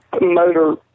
motor